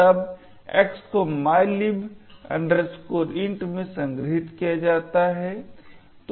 तब X को mylib int में संग्रहीत किया जाता है